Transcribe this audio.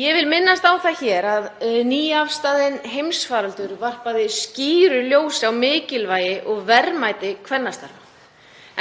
Ég vil minnast á það hér að nýafstaðinn heimsfaraldur varpaði skýru ljósi á mikilvægi og verðmæti kvennastarfa